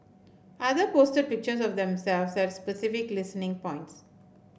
other posted pictures of themselves at specific listening points